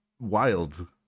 wild